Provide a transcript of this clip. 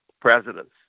presidents